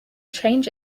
change